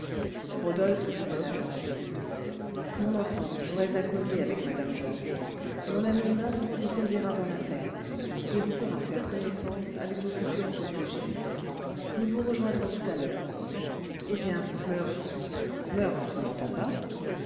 rodolphe dit à la jeune fille mon enfant j'aurais à causer avec mme georges mon ami murph vous conduira dans la ferme et vous fera faire connaissance avec vos futurs protégés nous vous rejoindrons tout à l'heure eh bien murph murph tu ne m'entends pas